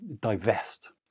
divest